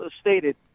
stated